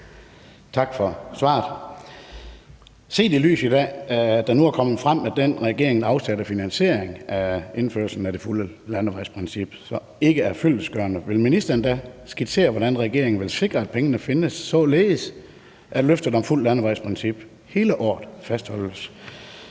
tak for svaret. Set i lyset af at det nu er kommet frem, at den af regeringen afsatte finansiering af indførelsen af det fulde landevejsprincip ikke er fyldestgørende, vil ministeren da skitsere, hvordan regeringen vil sikre, at pengene findes, således at løftet om et fuldt landevejsprincip hele året fastholdes?